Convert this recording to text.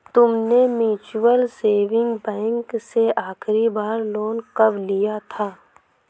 तुमने mutual saving bank से आखरी बार लोन कब लिया था?